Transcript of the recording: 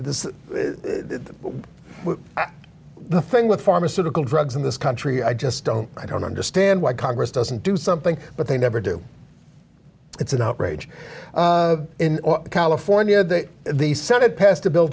is the thing with pharmaceutical drugs in this country i just don't i don't understand why congress doesn't do something but they never do it's an outrage in california that the senate passed a bill